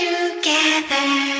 together